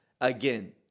Again